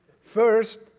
First